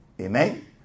Amen